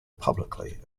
publicly